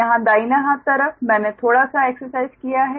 यहाँ दाहिना हाथ तरफ मैंने थोड़ा सा एक्सरसाइज़ किया है